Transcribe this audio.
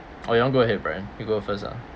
or you want go ahead brian you go first ah